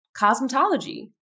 cosmetology